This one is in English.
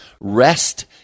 rest